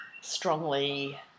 strongly